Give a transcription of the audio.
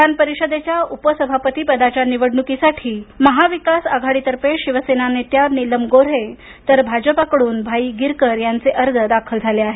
विधानपरिषदेच्या उपसभापतीपदाच्या निवडणुकीसाठी महाविकास आघाडीतर्फे शिवसेना नेत्या निलम गोऱ्हे तर तर भाजपाकडून भाई गिरकर यांचे अर्ज दाखल झाले आहेत